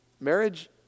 Marriage